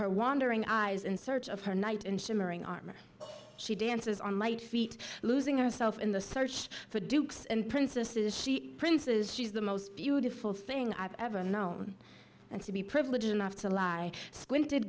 her wandering eyes in search of her night in shimmering armor she dances on light feet losing herself in the search for dukes and princesses she princes she's the most beautiful thing i've ever known and to be privileged enough to lie